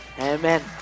Amen